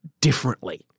differently